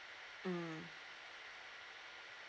mm